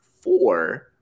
four